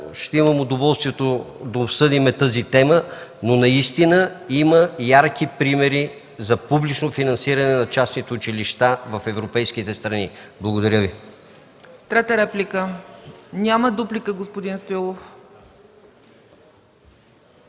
ще имам удоволствието да обсъдим тази тема. Наистина има ярки примери за публично финансиране на частните училища в европейските страни. Благодаря Ви. ПРЕДСЕДАТЕЛ ЦЕЦКА ЦАЧЕВА: Трета реплика? Няма. Дуплика – господин Стоилов.